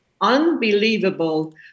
unbelievable